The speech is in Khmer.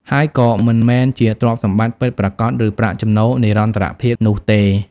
ហើយក៏មិនមែនជាទ្រព្យសម្បត្តិពិតប្រាកដ ឬប្រាក់ចំណូលនិរន្តរភាពនោះទេ។